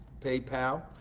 PayPal